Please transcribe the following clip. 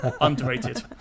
underrated